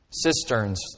Cisterns